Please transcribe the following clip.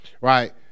right